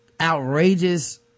outrageous